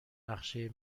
نقشه